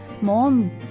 Mom